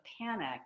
panic